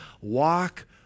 walk